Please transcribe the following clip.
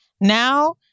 now